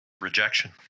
Rejection